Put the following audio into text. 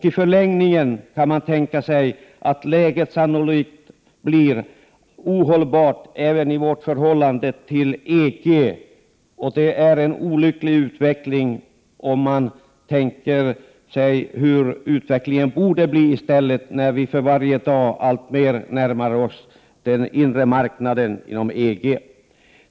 I förlängningen kommer läget sannolikt att bli ohållbart även i förhållandet till EG, och det är en olycklig utveckling med tanke på att vi för varje dag alltmer närmar oss EG-marknaden.